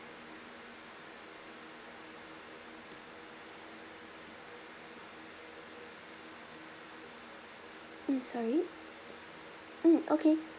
mm sorry mm okay